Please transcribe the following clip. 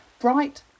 Bright